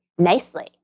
Nicely